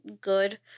good